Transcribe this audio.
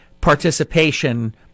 participation